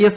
S